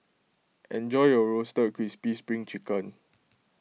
enjoy your Roasted Crispy Spring Chicken